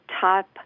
top